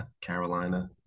Carolina